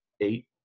eight